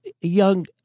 young